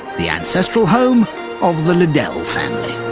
the ancestral home of the liddell family.